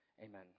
Amen